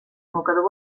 mocador